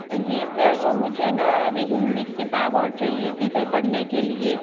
जी sir वह मुझे है न अभी हिंदी की किताब और चाहिये थी सर पढ़ने के लिए